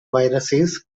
viruses